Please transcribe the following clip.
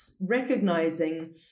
recognizing